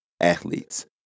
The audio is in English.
athletes